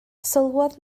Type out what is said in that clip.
sylwodd